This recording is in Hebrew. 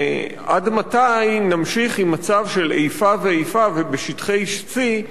ועד מתי נמשיך עם מצב של איפה ואיפה בשטחי C,